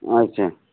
ଆଚ୍ଛା